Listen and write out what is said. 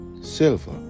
silver